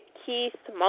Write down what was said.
keith